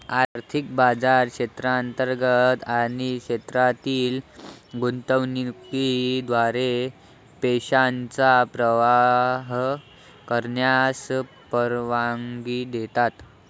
आर्थिक बाजार क्षेत्रांतर्गत आणि क्षेत्रातील गुंतवणुकीद्वारे पैशांचा प्रवाह करण्यास परवानगी देतात